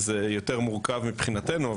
זה יותר מורכב מבחינתנו.